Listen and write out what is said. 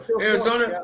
Arizona –